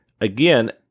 again